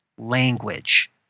language